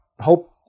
hope